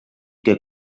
que